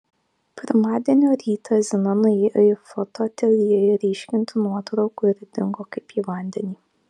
pirmadienio rytą zina nuėjo į foto ateljė ryškinti nuotraukų ir dingo kaip į vandenį